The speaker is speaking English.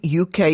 UK